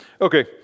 Okay